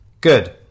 Good